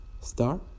Star